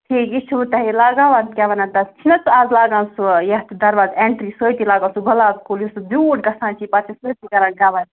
ٹھیٖک یہِ چھُوٕ تۄہہِ لَگاوان کیٛاہ وَنان تَتھ چھِ نا اَز لاگان سُہ یَتھٕ دَرواز اٮ۪نٛٹرٛی سۭتی لاگان سُہ گۄلاب کُل یُس سُہ زیوٗٹھ گَژھان چھِ پَتہٕ چھِ سٲرسی کَران کَوَر